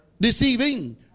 Deceiving